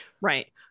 Right